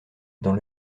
dans